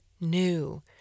new